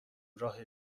راه